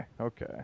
Okay